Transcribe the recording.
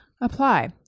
apply